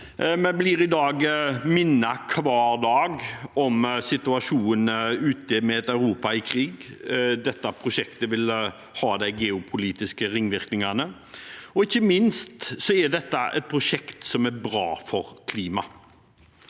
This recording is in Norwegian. Vi blir i dag, hver dag, minnet om situasjonen der ute med et Europa i krig. Dette prosjektet vil ha geopolitiske ringvirkninger. Ikke minst er dette et prosjekt som er bra for klimaet.